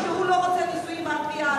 שהוא לא רוצה נישואים על-פי ההלכה.